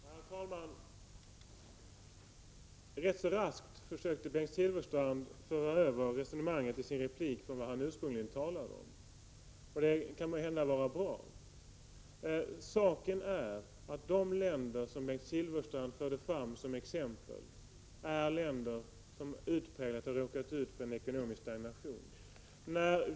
Herr talman! Bengt Silfverstrand försökte i sin replik raskt föra över resonemanget från vad han ursprungligen talade om. Måhända kan det vara bra. Saken är att de länder som Bengt Silfverstrand förde fram som exempel är länder som har råkat ut för utpräglad ekonomisk stagnation.